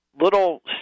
little